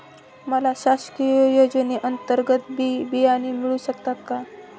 मला शासकीय योजने अंतर्गत बी बियाणे मिळू शकतात का?